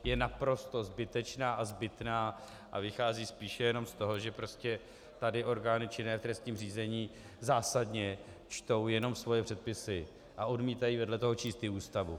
Je naprosto zbytečná a zbytná a vychází spíše jenom z toho, že prostě tady orgány činné v trestním řízení zásadně čtou jenom svoje předpisy a odmítají vedle toho číst i Ústavu.